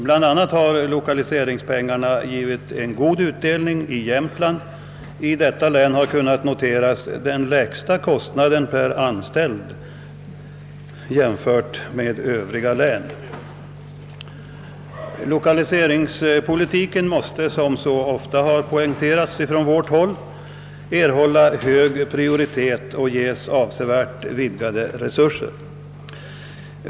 Bland annat har lokaliseringspengarna givit god utdelning i Jämtland — i detta län har kunnat noteras den lägsta kostnaden per anställd jämfört med övriga län. Lokaliseringspolitiken måste, som så ofta har poängterats från vårt håll, erhålla hög prioritet och ges avsevärt vidgade resurser.